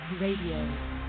Radio